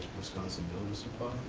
wisconsin building supplies.